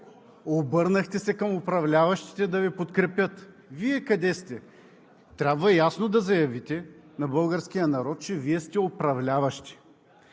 обърнахте се към управляващите да Ви подкрепят. Вие къде сте? Трябва ясно да заявите на българския народ, че Вие сте управляващи,